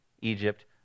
Egypt